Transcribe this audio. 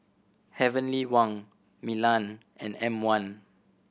Heavenly Wang Milan and M One